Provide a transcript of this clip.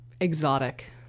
Exotic